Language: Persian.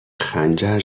خنجر